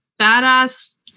badass-